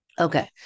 Okay